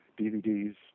DVDs